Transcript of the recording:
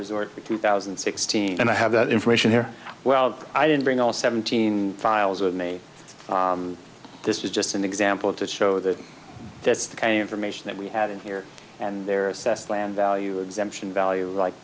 resort to two thousand and sixteen and i have that information here well i didn't bring all seventeen files with me this is just an example to show that that's the kind of information that we had in here and there is this land value exemption value